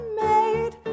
made